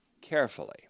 carefully